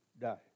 die